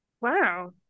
Wow